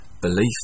Belief